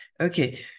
Okay